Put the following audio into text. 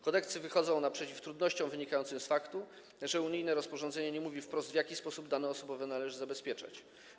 Kodeksy wychodzą naprzeciw trudnościom wynikającym z faktu, że unijne rozporządzenie nie mówi wprost, w jaki sposób dane osobowe należy zabezpieczać.